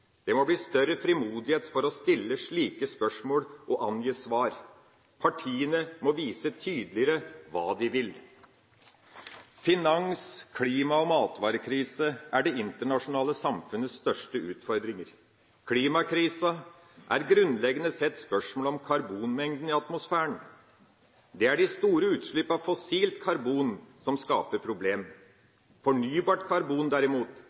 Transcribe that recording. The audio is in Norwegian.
Det må bli større frimodighet for å stille slike spørsmål og angi svar. Partiene må vise tydeligere hva de vil. Finanskrise, klimakrise og matvarekrise er det internasjonale samfunnets største utfordringer. Klimakrisa er grunnleggende sett spørsmålet om karbonmengden i atmosfæren. Det er de store utslippene av fossilt karbon som skaper problem. Fornybart karbon, derimot,